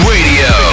Radio